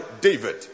David